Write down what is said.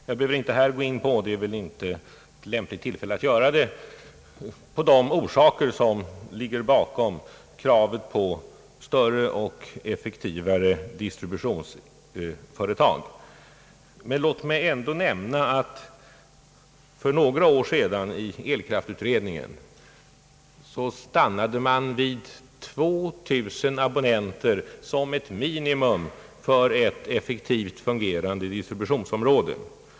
Jag behöver inte här gå in på — och det är väl inte det lämpliga tillfället att göra det — de orsaker som ligger bakom kravet på större och effektivare = distributionsföretag, men låt mig ändå nämna att man för några år sedan i elkraftutredningen stannade vid 2000 abonnenter som ett minimum för ett effektivt fungerande distributionsområde.